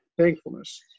thankfulness